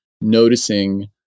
noticing